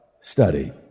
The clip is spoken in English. study